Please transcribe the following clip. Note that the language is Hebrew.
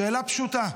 שאלה פשוטה.